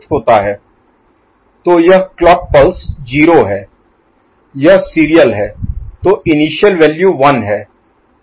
D1 Sin ⊕ Q3 D2 Q1 ⊕ Q3 D3 Q2 Qn1 Dn तो यह clock pulse 0 है यह सीरियल है तो इनिशियल वैल्यू 1 है